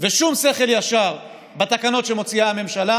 ושום שכל ישר בתקנות שמוציאה הממשלה,